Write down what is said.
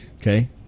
Okay